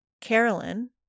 Carolyn